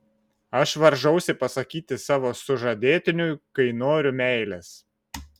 aš varžausi pasakyti savo sužadėtiniui kai noriu meilės